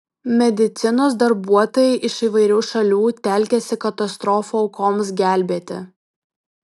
medicinos darbuotojai iš įvairių šalių telkiasi katastrofų aukoms gelbėti